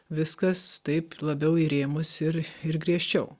viskas taip labiau į rėmus ir ir griežčiau